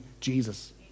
Jesus